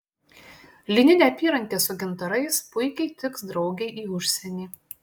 lininė apyrankė su gintarais puikiai tiks draugei į užsienį